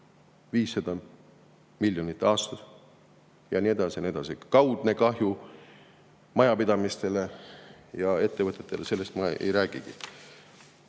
500 miljonit aastas ja nii edasi ja nii edasi. Kaudne kahju majapidamistele ja ettevõtetele – sellest ma ei räägigi.